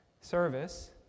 service